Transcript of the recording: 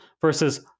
versus